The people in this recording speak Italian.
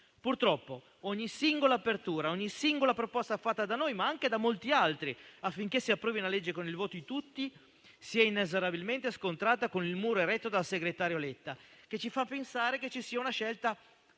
Purtroppo ogni singola apertura e ogni singola proposta fatta da noi, ma anche da molti altri, affinché si approvi la legge con il voto di tutti, si sono inesorabilmente scontrate con il muro eretto dal segretario Letta, che ci fa pensare ci sia una scelta